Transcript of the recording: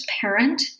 parent